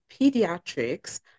pediatrics